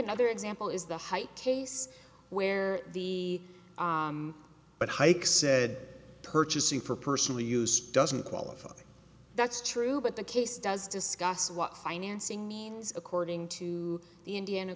another example is the height case where the but hike said purchasing for personally use doesn't qualify that's true but the case does discuss what financing means according to the indiana